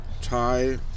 Thai